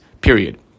period